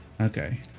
Okay